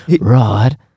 rod